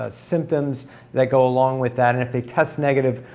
ah symptoms that go along with that, and if they test negative,